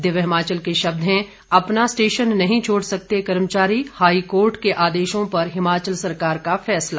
दिव्य हिमाचल के शब्द हैं अपना स्टेशन नहीं छोड़ सकते कर्मचारी हाईकोर्ट के आदेशों पर हिमाचल सरकार का फैसला